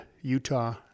Utah